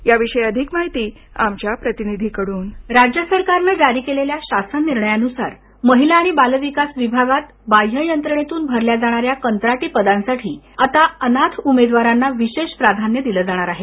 या विषयी अधिक माहिती आमच्या प्रतिनिधीकडून ध्वनी राज्य सरकारनं जारी केलेल्या शासन निर्णयानुसार महिला आणि बालविकास विभागात बाह्ययंत्रणेतून भरल्या जाणाऱ्या कंत्राटी पदांसाठी आता अनाथ उमेदवारांना विशेष प्राधान्य दिलं जाणार आहे